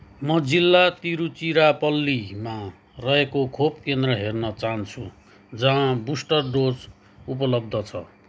म जिल्ला तिरुचिरापल्लीमा रहेको खोप केन्द्र हेर्न चाहन्छु जहाँ बुस्टर डोज उपलब्ध छ